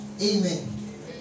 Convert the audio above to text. Amen